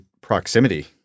proximity